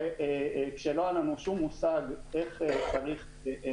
כשלא היה לנו שום מושג כאמור,